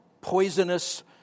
poisonous